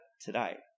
today